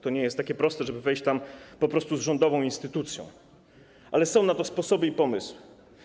To nie jest takie proste, żeby wejść tam z rządową instytucją, ale są na to sposoby i pomysły.